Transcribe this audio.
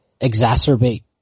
exacerbate